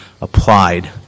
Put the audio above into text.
applied